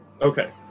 Okay